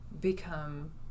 become